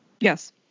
Yes